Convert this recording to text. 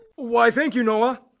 why thank you noah